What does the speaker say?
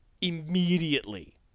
immediately